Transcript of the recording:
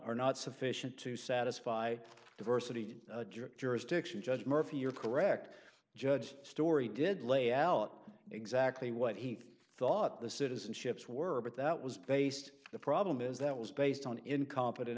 are not sufficient to satisfy diversity jurisdiction judge murphy you're correct judge story did lay out exactly what he thought the citizenships were but that was based the problem is that was based on incompetent